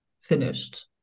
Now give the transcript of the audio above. finished